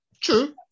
True